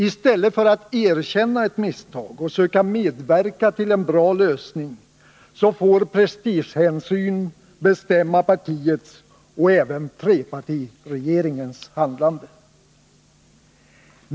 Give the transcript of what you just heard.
I stället för att man erkänner ett misstag och söker medverka till en bra lösning får prestigehänsyn bestämma partiets och även trepartiregeringens handlande.